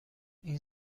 این